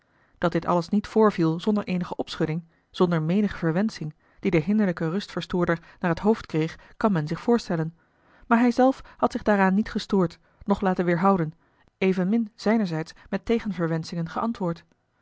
dat dit alles niet voorviel zonder eenige opschudding zonder menige verwensching die de hinderlijke rustverstoorder naar t hoofd kreeg kan men zich voorstellen maar hij zelf had zich daaraan niet gestoord noch laten weêrhouden evenmin zijnerzijds met tegenverwenschingen geantwoord